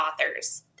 authors